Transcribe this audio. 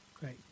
Great